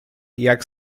jak